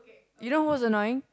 you know who's annoying